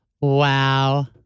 Wow